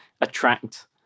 attract